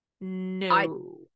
No